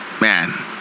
Man